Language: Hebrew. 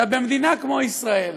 עכשיו, במדינת כמו ישראל,